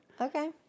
okay